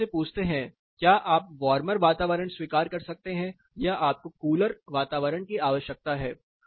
आप उनसे पूछते है कि क्या आप वार्मर वातावरण स्वीकार कर सकते हैं या आपको कूलर वातावरण की आवश्यकता है